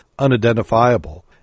unidentifiable